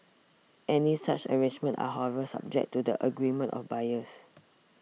any such arrangements are however subject to the agreement of buyers